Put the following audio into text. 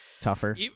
tougher